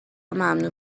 ممنوع